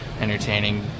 entertaining